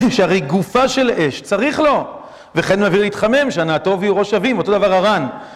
שהרי גופה של אש צריך לו, וכן הוא מביא להתחמם שהנאתו וביעורו שווים, אותו דבר ארן